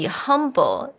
humble